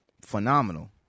phenomenal